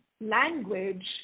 language